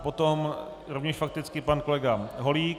Potom rovněž fakticky pan kolega Holík.